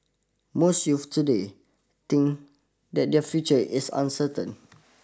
most youth today think that their future is uncertain